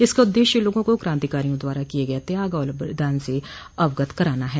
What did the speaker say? इसका उददेश्य लोगों को कांतिकारियों द्वारा किये गये त्याग और बलिदान से अवगत कराना है